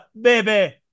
baby